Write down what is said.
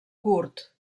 kurd